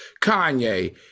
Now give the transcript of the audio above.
Kanye